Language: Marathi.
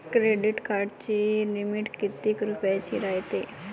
क्रेडिट कार्डाची लिमिट कितीक रुपयाची रायते?